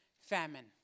famine